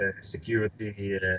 security